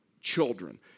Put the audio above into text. children